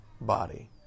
body